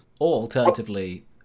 alternatively